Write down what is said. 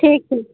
ठीक ठीक